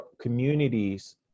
communities